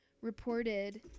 reported